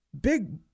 big